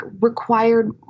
required